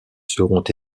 seront